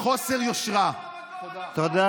אדוני